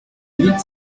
huit